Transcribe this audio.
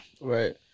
Right